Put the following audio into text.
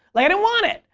like i didn't want it.